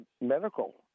medical